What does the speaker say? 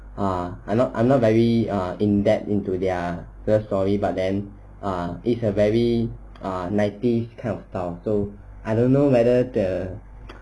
ah I'm not I'm not very ah in dept into their love story but then ah it's a very a nineties kind of town so I don't know whether